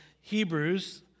Hebrews